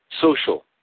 social